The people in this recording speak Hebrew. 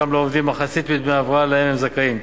לעובדים מחצית מדמי ההבראה שלהם הם זכאים.